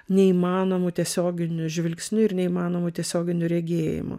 neįmanomu tiesioginiu žvilgsniu ir neįmanomu tiesioginiu regėjimu